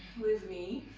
with me.